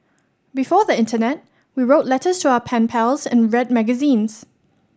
before the internet we wrote letters to our pen pals and read magazines